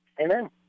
Amen